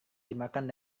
dimakan